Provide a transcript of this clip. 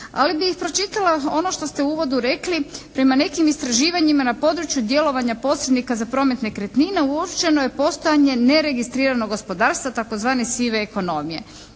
ali bih pročitala ono što ste u uvodu rekli. Prema nekim istraživanjima na području djelovanja posrednika za promet nekretnina uočeno je postojanje neregistriranog gospodarstva tzv. sive ekonomije.